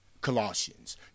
Colossians